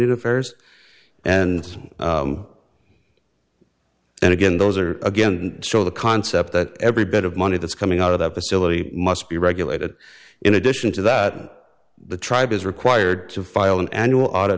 affairs and then again those are again show the concept that every bit of money that's coming out of that facility must be regulated in addition to that the tribe is required to file an annual audit